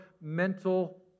mental